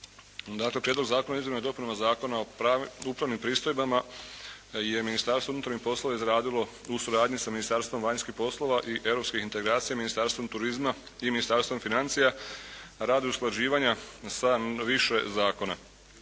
Dakle Prijedlog zakona o izmjenama i dopunama Zakona o upravnim pristojbama je Ministarstvo unutarnjih poslova izradilo u suradnji sa Ministarstvom vanjskih poslova i europskih integracija, Ministarstvom turizma i Ministarstvom financija radi usklađivanja sa više zakona.